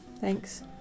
Thanks